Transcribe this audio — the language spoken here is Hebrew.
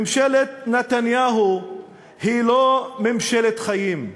ממשלת נתניהו היא לא ממשלת חיים.